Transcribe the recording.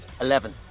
Eleven